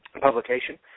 publication